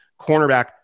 cornerback